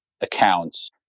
accounts